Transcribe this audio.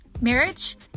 marriage